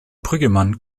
brüggemann